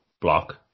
block